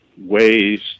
ways